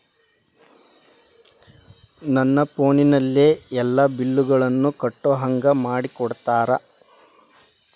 ನನ್ನ ಫೋನಿನಲ್ಲೇ ಎಲ್ಲಾ ಬಿಲ್ಲುಗಳನ್ನೂ ಕಟ್ಟೋ ಹಂಗ ಮಾಡಿಕೊಡ್ತೇರಾ?